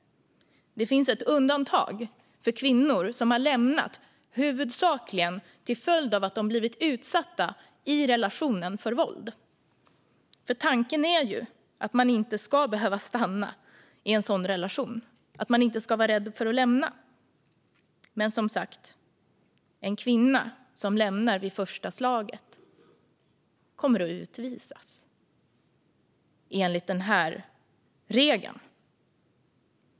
Det finns ett undantag för kvinnor som har lämnat relationer huvudsakligen till följd av att de har blivit utsatta i relationen för våld, för tanken är ju att man inte ska behöva stanna i en sådan relation. Man ska inte vara rädd för att lämna den. Men, som sagt, en kvinna som går vid första slaget kommer enligt den här regeln att utvisas.